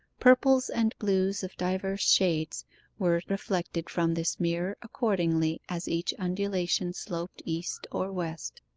purples and blues of divers shades were reflected from this mirror accordingly as each undulation sloped east or west.